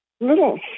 little